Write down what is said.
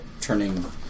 turning